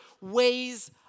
ways